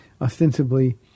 ostensibly